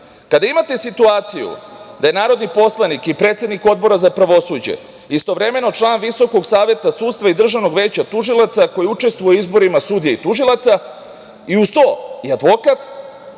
„Kada imate situaciju da je narodni poslanik i predsednik Odbora za pravosuđe istovremeno član Visokog saveta sudstva i Državnog veća tužilaca koji učestvuje u izborima sudija i tužilaca i uz to i advokat